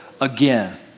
again